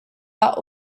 are